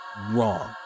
wrong